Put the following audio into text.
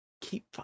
Keep